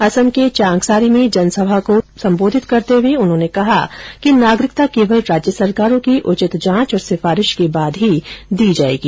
असम के चांगसारी में जनसभा को संबोधित करते हुए उन्होंने कहा कि नागरिकता केवल राज्य सरकारों की उचित जांच और सिफारिश के बाद ही दी जाएगी